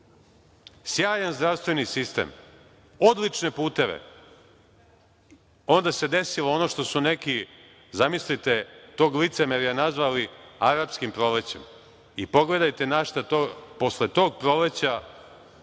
sjajan zdravstveni sistem, odlične puteve. Onda se desilo što su neki, zamislite tog licemerja, nazvali Arapskim prolećem i pogledajte na šta posle tog proleća